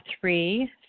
three